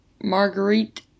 Marguerite